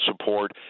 support